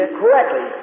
correctly